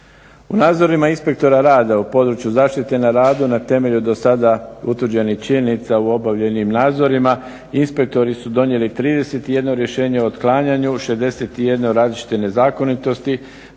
U nadzorima inspektora rada u području zaštite na radu na temelju do sada utvrđenih činjenica u obavljenim nadzorima inspektori su donijeli 31 rješenje otklanjanju 61 različite nezakonitosti,